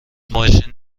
ماشین